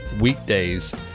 weekdays